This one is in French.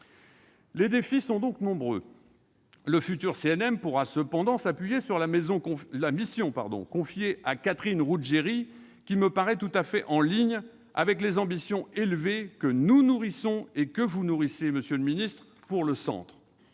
Les défis sont donc nombreux ! Le futur CNM pourra cependant s'appuyer sur la mission confiée à Catherine Ruggeri, qui me paraît tout à fait en ligne avec les ambitions élevées que nous nourrissons, que vous nourrissez, monsieur le ministre, pour le Centre.